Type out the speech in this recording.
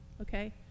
okay